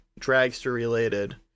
Dragster-related